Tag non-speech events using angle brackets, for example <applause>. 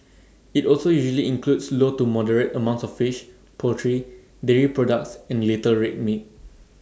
<noise> IT also usually includes low to moderate amounts of fish poultry dairy products and little red meat